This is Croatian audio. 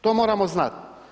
To moramo znati.